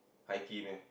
high key meh